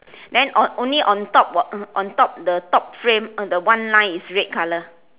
then o~ only on top on on top the top frame on the one line is red colour